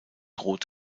rot